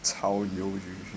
抄鱿鱼 him